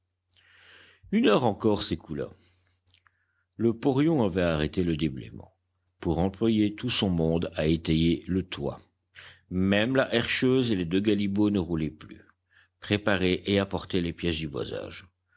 une heure encore s'écoula le porion avait arrêté le déblaiement pour employer tout son monde à étayer le toit même la herscheuse et les deux galibots ne roulaient plus préparaient et apportaient les pièces du boisage